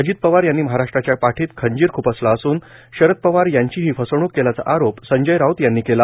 अजित पवार यांनी महाराष्ट्राच्या पाठीत खंजीर ख्पसला असून शरद पवार यांचीही फसवणूक केल्याचा आरोप संजय राऊत यांनी केला